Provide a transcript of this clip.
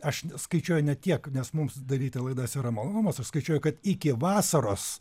aš n skaičiuoju ne tiek nes mums daryti klaidas yra malonumas aš skaičiuoju kad iki vasaros